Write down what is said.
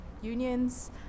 unions